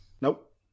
Nope